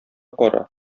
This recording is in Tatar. кара